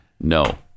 No